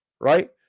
right